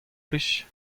plij